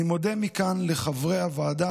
אני מודה מכאן לחברי הוועדה,